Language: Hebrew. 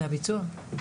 זה הביצוע.